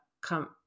come